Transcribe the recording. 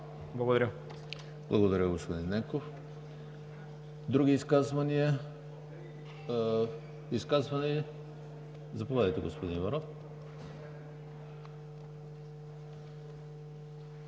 ХРИСТОВ: Благодаря, господин Ненков. Други изказвания? Изказване – заповядайте, господин Иванов.